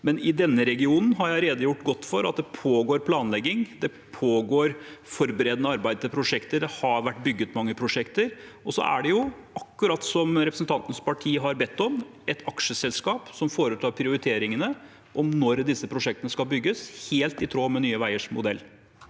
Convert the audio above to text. i denne regionen. Det pågår forberedende arbeid til prosjekter, og det har vært bygd mange prosjekter. Så er det, akkurat som representantens parti har bedt om, et aksjeselskap som foretar prioriteringene om når disse prosjektene skal bygges – helt i tråd med Nye veiers modell.